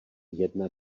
jedna